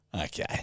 Okay